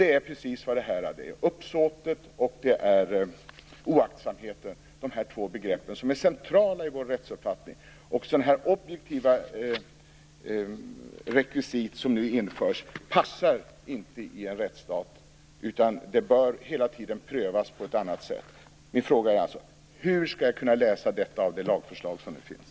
Det är precis vad det är: uppsåtet och oaktsamheten. Det är de två begreppen som är centrala i vår rättsuppfattning. Och sådana här objektiva rekvisit som nu införs passar inte i en rättsstat, utan det bör hela tiden prövas på ett annat sätt. Min fråga är alltså: Hur skall jag kunna utläsa detta av det lagförslag som nu finns?